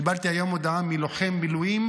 קיבלתי היום הודעה מלוחם מילואים,